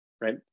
right